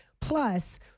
Plus